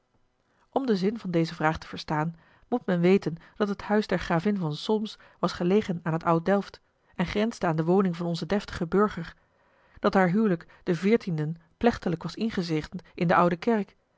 om de zin van deze vraag te verstaan moet men weten dat het huis der gravin van solms was gelegen aan het oud delft en grensde aan de woning van onzen deftigen burger dat haar huwelijk den veertienden plechtiglijk was ingezegend in de oude kerk